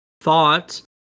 thought